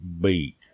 beat